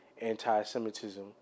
anti-Semitism